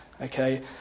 Okay